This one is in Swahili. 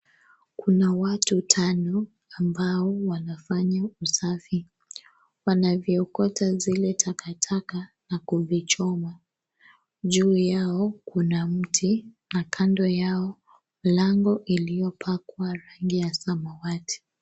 Kuna watu tano, ambao wanafanya usafi. Wanaviokota zile takataka na kuvichoma. Juu yao, kuna mti na kando yao mlango iliyopakwa rangi ya samawati.